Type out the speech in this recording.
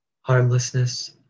harmlessness